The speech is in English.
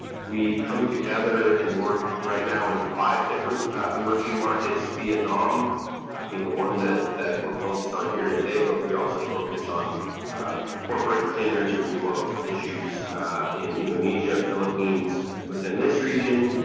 we come together and work right now in five different emerging markets, vietnam being the one that that we're focused on today, but we also focus on corporate clean energy renewable issues in indonesia, philippines within this region,